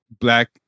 black